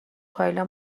کایلا